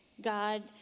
God